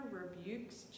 rebukes